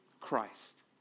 Christ